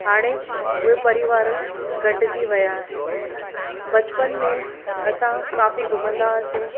हाणे उहे परिवार घटिजी विया आहिनि बचपन में असां काफ़ी घुमंदा हुआसीं